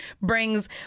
brings